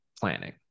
planning